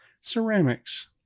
Ceramics